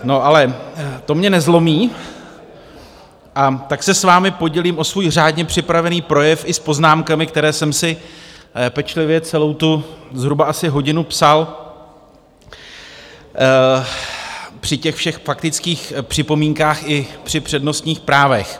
No, ale to mě nezlomí, a tak se s vámi podělím o svůj řádně připravený projev i s poznámkami, který jsem si pečlivě celou tu zhruba hodinu psal při všech faktických připomínkách i při přednostních právech.